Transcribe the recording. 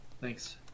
Thanks